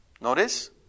Notice